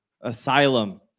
asylum